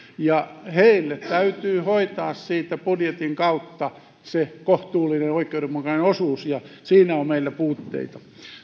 ja heille täytyy hoitaa siitä budjetin kautta se kohtuullinen oikeudenmukainen osuus ja siinä on meillä puutteita